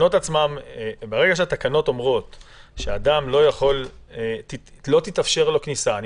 ברגע שבתקנות כתוב שלא תתאפשר כניסה של